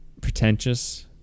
pretentious